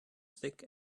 thick